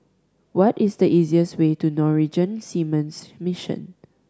what is the easiest way to Norwegian Seamen's Mission